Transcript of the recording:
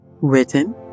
Written